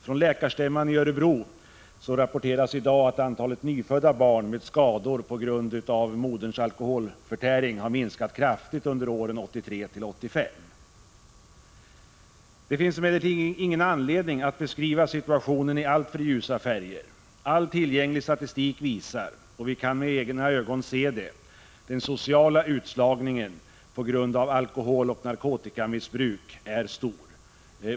Från läkarstämman i Örebro rapporteras i dag att antalet nyfödda barn med skador på grund av moderns alkoholförtäring har minskat kraftigt under åren 1983—1985. Det finns emellertid ingen anledning att beskriva situationen i alltför ljusa färger. All tillgänglig statistik visar — och vi kan med egna ögon se det — att den sociala utslagningen på grund av alkoholoch narkotikamissbruk är stor.